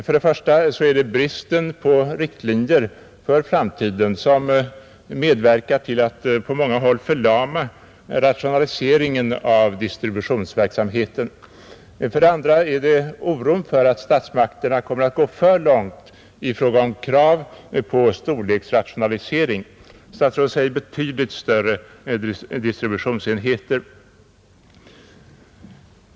För det första är det bristen på riktlinjer för framtiden som medverkar till att på många håll förlama rationaliseringen av distributionsverksamheten. För det andra är det oron för att statsmakterna kommer att gå för långt i fråga om krav på storleksrationalisering — statsrådet talar om ”betydligt större distributionsenheter”.